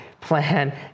Plan